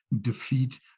defeat